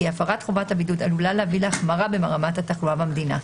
הפרת חובת הבידוד עלולה להביא להחמרה ברמת התחלואה במדינה,